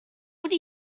would